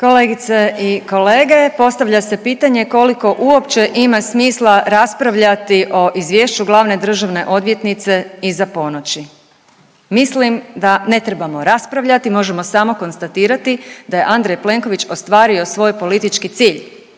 Kolegice i kolege postavlja se pitanje koliko uopće ima smisla raspravljati o Izvješću glavne državne odvjetnice iza ponoći. Mislim da ne trebamo raspravljati možemo samo konstatirati da je Andrej Plenković ostvario svoj politički cilj,